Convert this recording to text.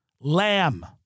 lamb